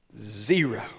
Zero